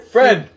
Friend